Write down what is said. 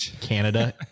canada